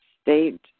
state